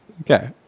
Okay